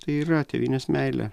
tai ir yra tėvynės meilė